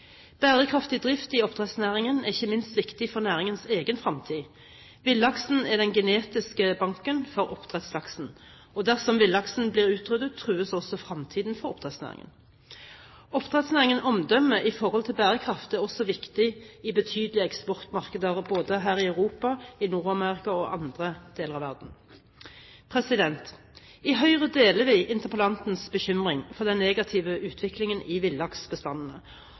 Bærekraftig drift i oppdrettsnæringen er ikke minst viktig for næringens egen fremtid. Villaksen er den genetiske banken for oppdrettslaksen, og dersom villaksen blir utryddet, trues også fremtiden for oppdrettsnæringen. Oppdrettsnæringens omdømme når det gjelder bærekraft, er også viktig i betydelige eksportmarkeder, både her i Europa, i Nord-Amerika og andre deler av verden. I Høyre deler vi interpellantens bekymring for den negative utviklingen i